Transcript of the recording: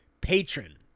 patron